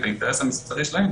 את האינטרס המסחרי שלהן,